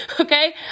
Okay